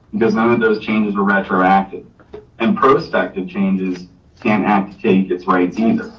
because none of those changes are retroactive and prospective changes can act to take its rights either,